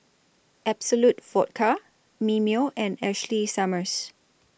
Absolut Vodka Mimeo and Ashley Summers